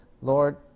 Lord